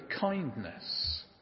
kindness